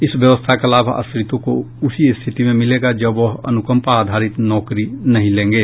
इस व्यवस्था का लाभ आश्रित को उसी स्थिति में मिलेगा जब वह अनुकंपा आधारित नौकरी नहीं लेंगे